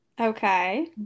Okay